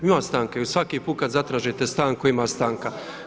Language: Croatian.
Ima stanke, svaki put kada zatražite stanku ima stanka.